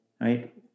right